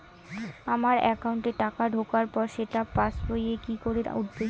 আমার একাউন্টে টাকা ঢোকার পর সেটা পাসবইয়ে কি করে উঠবে?